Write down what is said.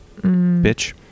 Bitch